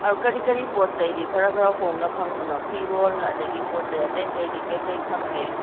ꯑꯗꯣ ꯀꯔꯤ ꯀꯔꯤ ꯄꯣꯠ ꯆꯩꯗꯤ ꯈꯔ ꯈꯔ ꯍꯣꯡꯅ ꯐꯪꯕꯅꯣ ꯐꯤꯔꯣꯜ ꯑꯗꯒꯤ ꯄꯣꯠꯆꯩ ꯑꯇꯩ ꯑꯇꯩꯗꯤ ꯀꯩꯀꯩ ꯐꯪꯒꯦ